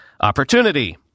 opportunity